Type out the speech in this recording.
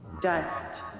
dust